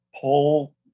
pull